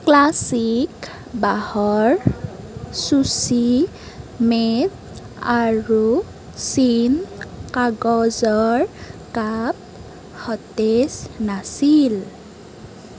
classic বাঁহৰ চুচি মেভ আৰু চিন কাগজৰ কাপ সতেজ নাছিল